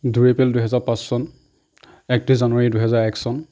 দুই এপ্ৰিল দুই হাজাৰ পাঁচ চন একত্ৰিছ জানুৱাৰী দুই হাজাৰ এক চন